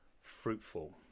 fruitful